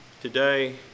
today